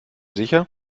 sicher